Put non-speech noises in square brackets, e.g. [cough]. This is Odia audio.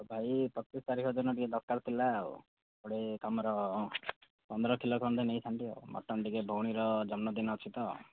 ଭାଇ ପଚିଶି ତାରିଖ ଦିନ ଟିକିଏ ଦରକାର ଥିଲା ଆଉ ଗୋଟେ [unintelligible] ପନ୍ଦର କିଲୋ ଖଣ୍ଡେ ନେଇଥାନ୍ତି ଆଉ ମଟନ୍ ଟିକିଏ ଭଉଣୀର ଜନ୍ମଦିନ ଅଛି ତ